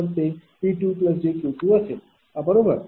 तर ते P2jQ2 असेल बरोबर